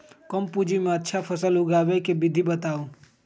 कम पूंजी में अच्छा फसल उगाबे के विधि बताउ?